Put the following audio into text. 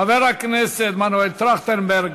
חבר הכנסת מנואל טרכטנברג,